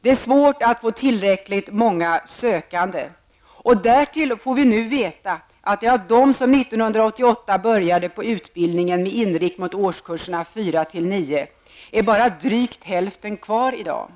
Det är svårt att få tillräckligt många sökande. Därtill får vi nu veta att av de som 1988 började på utbildningen med inriktningen mot årskurserna 4--9 är bara drygt hälften kvar i dag.